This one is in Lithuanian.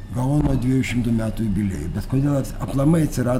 gaono dviejų šimtų metų jubiliejui bet kodėl atsi aplamai atsirado